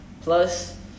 Plus